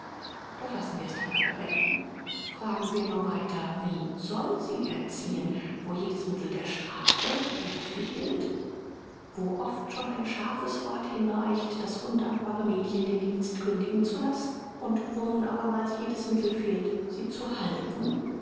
doch lassen wir es dabei bewenden fragen wir nur weiter wie soll sie erziehen wo jedes mittel der strafe ihr fehlt wo oft schon ein scharfes wort hinreicht das undankbare mädchen den dienst kündigen zu lassen und wo nun abermals jedes mittel fehlt sie zu halten